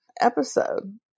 Episode